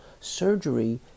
surgery